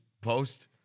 post